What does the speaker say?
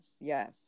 yes